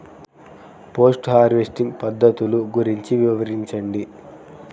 Post harvesting పద్ధతులు గురించి వివరించండి?